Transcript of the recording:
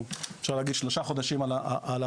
אפשר להגיד, שאנחנו שלושה חודשים על הרגליים.